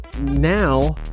now